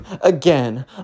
again